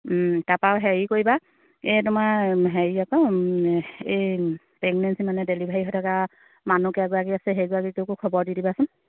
তাৰপৰা আৰু হেৰি কৰিবা এই তোমাৰ হেৰি আকৌ এই প্ৰেগনেঞ্চি মানে ডেলিভাৰী হৈ থকা মানুহ কেইগৰাকী আছে সেইকেইগৰাকীকো খবৰ দি দিবাচোন